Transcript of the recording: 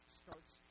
starts